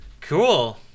Cool